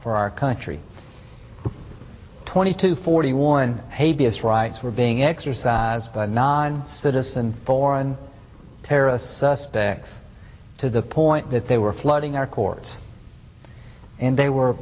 for our country twenty two forty one a b s rights were being exercised by non citizens foreign terrorists suspects to the point that they were flooding our courts and they were